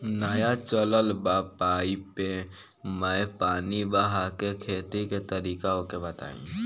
नया चलल बा पाईपे मै पानी बहाके खेती के तरीका ओके बताई?